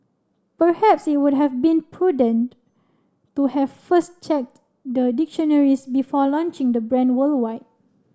perhaps it would have been prudent to have first checked the dictionaries before launching the brand worldwide